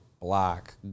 black